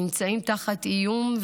נמצאים תחת איום,